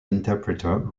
interpreter